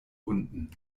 unten